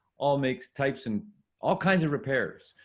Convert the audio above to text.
all makes types and all kinds of repairs.